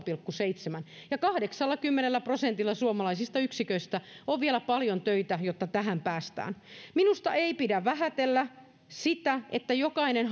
pilkku seitsemän on minimi kahdeksallakymmenellä prosentilla suomalaista yksiköistä on vielä paljon töitä jotta tähän päästään minusta ei pidä vähätellä sitä että jokainen